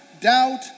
doubt